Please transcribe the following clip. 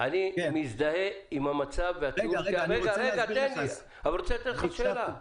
אני מזדהה עם המצב אבל אני רוצה לשאול אותך שאלה.